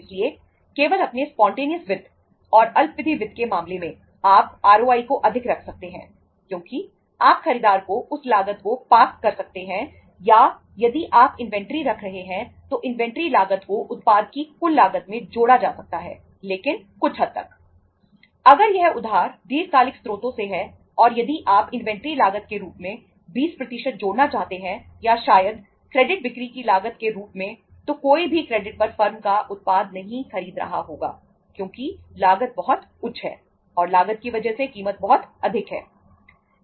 इसलिए केवल अपने स्पॉन्टेनियस बिक्री की लागत के रूप में तो कोई भी क्रेडिट पर फर्म का उत्पाद नहीं खरीद रहा होगा क्योंकि लागत बहुत उच्च है और लागत की वजह से कीमत बहुत अधिक है